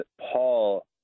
Paul